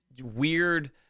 weird